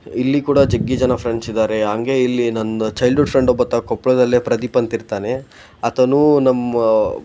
ಇಲ್ಲಿ ಕೂಡ ಜಗ್ಗಿ ಜನ ಫ್ರೆಂಡ್ಸ್ ಇದ್ದಾರೆ ಹಾಗೆ ಇಲ್ಲಿ ನನ್ನ ಚೈಲ್ಡ್ಹುಡ್ ಫ್ರೆಂಡ್ ಒಬ್ಬಾತ ಕೊಪ್ಪಳದಲ್ಲೇ ಪ್ರದೀಪ್ ಅಂತಿರ್ತಾನೆ ಆತನೂ ನಮ್ಮ